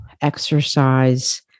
exercise